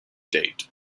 date